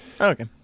okay